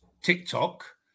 TikTok